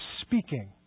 speaking